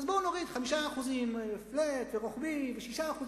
בואו נוריד 5% flat ורוחבי ו-6%,